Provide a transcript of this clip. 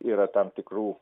yra tam tikrų